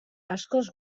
askoz